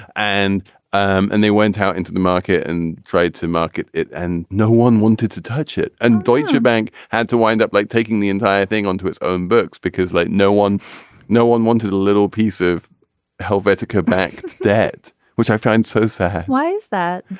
and um and they went out into the market and tried to market it and no one wanted to touch it. and deutsche bank had to wind up like taking the entire thing onto its own books because like no one no one wanted a little piece of helvetica bank debt which i found so sad why is that.